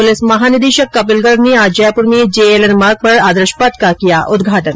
police महानिदेशक कपिल गर्ग ने आज जयपुर में जेएलएन मार्ग पर आदर्श पथ का किया उद्घाटन